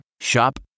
Shop